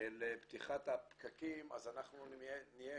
לפתיחת הפקקים אז נהיה,